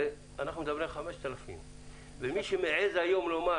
אנחנו מדברים על 5,000. ומי שמעז היום לומר